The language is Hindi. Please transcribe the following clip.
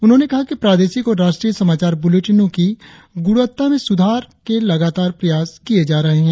उन्होंने कहा कि प्रादेशिक और राष्ट्रीय समाचार बुलेटिनों की गुणवत्ता में सुधार के लगातार प्रयास किए जा रहे है